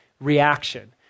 reaction